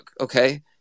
okay